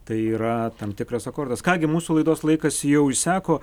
tai yra tam tikras akordas ką gi mūsų laidos laikas jau išseko